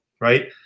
right